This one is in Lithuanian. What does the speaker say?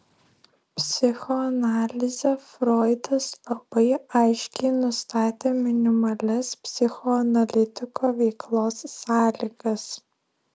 psichoanalize froidas labai aiškiai nustatė minimalias psichoanalitiko veiklos sąlygas